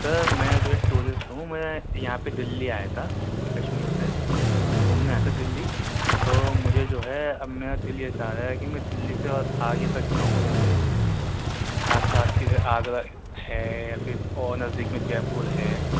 سر میں جو ہے ایک ٹورسٹ ہوں میں یہاں پہ دلّی آیا تھا کشمیر سے گھومنے آیا تھا دلّی تو مجھے جو ہے اب میرا دل یہ چاہ رہا ہے کہ میں دلّی سے اور آگے تک جاؤں جیسے آس پاس کے جیسے آگرہ ہے یا پھر اور نزدیک میں جےپور ہے